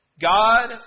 God